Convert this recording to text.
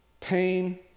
pain